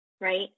Right